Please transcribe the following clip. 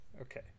okay